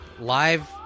live